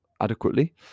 adequately